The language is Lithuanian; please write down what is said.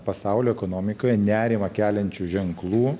pasaulio ekonomikoje nerimą keliančių ženklų